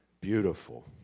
Beautiful